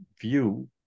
view